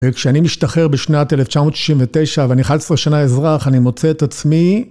וכשאני משתחרר בשנת 1969 ואני אחת עשרה שנה אזרח, אני מוצא את עצמי.